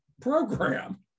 program